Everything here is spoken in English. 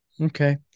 Okay